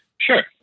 Sure